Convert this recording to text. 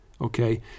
okay